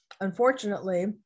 unfortunately